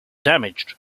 damaged